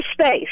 space